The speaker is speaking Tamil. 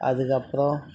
அதுக்கப்புறம்